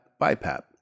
BiPAP